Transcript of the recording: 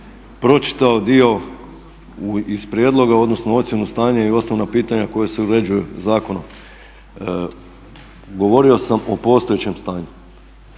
pročitao dio iz prijedloga, odnosno ocjenu stanja i osnovna pitanja koja se uređuju zakonom. Govorio sam o postojećem stanju